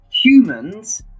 Humans